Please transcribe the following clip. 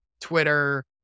Twitter